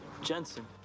Jensen